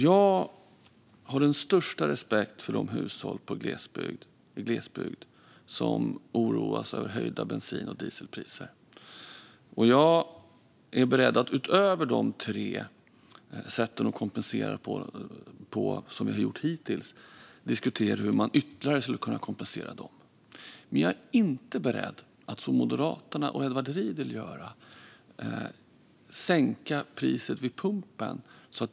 Jag har den största respekt för de hushåll i glesbygd som oroar sig över höjda bensin och dieselpriser. Jag är beredd att utöver de tre sätt att kompensera som vi har använt hittills diskutera hur man skulle kunna kompensera dem ytterligare. Men jag är inte beredd att, som Moderaterna och Edward Riedl vill göra, sänka priset vid pumpen.